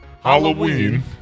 Halloween